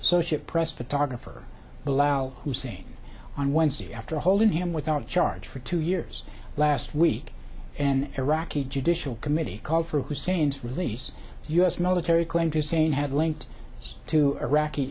so ship press photographer allow hussein on wednesday after holding him without charge for two years last week an iraqi judicial committee called for hussein's release us military claim to saying had linked to iraqi